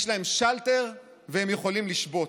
יש להם שלטר והם יכולים לשבות.